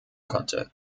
konnte